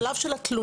בשלב של התלונה,